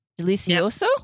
Delicioso